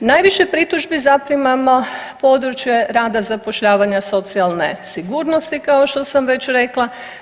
Najviše pritužbi zaprimamo područje rada, zapošljavanja, socijalne sigurnosti kao što sam već rekla.